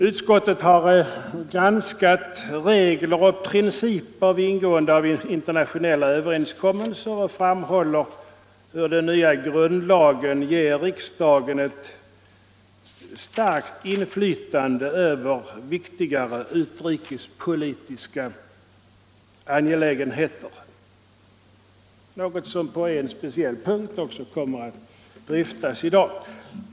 Utskottet har granskat regler och principer vid ingående av internationella överenskommelser och framhåller att den nya grundlagen ger riksdagen ett starkt inflytande över viktigare utrikespolitiska angelägenheter, något som på en speciell punkt också kommer att dryftas i dag.